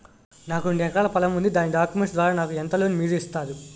నాకు రెండు ఎకరాల పొలం ఉంది దాని డాక్యుమెంట్స్ ద్వారా నాకు ఎంత లోన్ మీరు ఇస్తారు?